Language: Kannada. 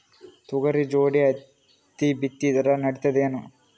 ತೊಗರಿ ಜೋಡಿ ಹತ್ತಿ ಬಿತ್ತಿದ್ರ ನಡಿತದೇನು?